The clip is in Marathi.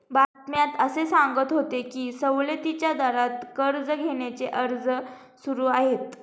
बातम्यात असे सांगत होते की सवलतीच्या दरात कर्ज घेण्याचे अर्ज सुरू आहेत